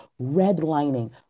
Redlining